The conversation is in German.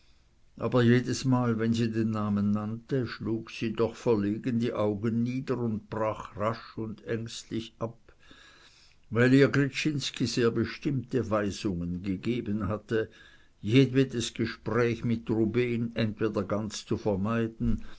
aber jedesmal wenn sie den namen nannte schlug sie doch verlegen die augen nieder und brach rasch und ängstlich ab weil ihr gryczinski sehr bestimmte weisungen gegeben hatte jedwedes gespräch mit rubehn entweder ganz zu vermeiden